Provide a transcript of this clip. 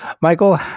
Michael